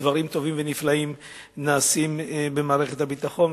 דברים טובים ונפלאים נעשים במערכת הביטחון,